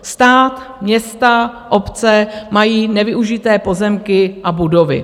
Stát, města, obce mají nevyužité pozemky a budovy.